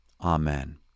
Amen